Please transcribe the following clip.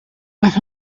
but